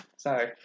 Sorry